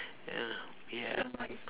ah ya